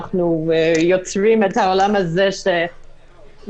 אנחנו יוצרים עולם לא ברור.